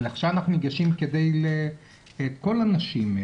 אבל עכשיו רוצים לגלות את כל הנשים.